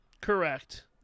correct